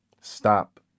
stop